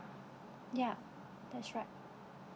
yup that's right